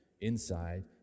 inside